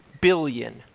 billion